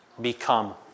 become